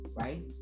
right